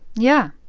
yeah.